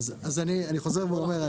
אני חוזר ואומר,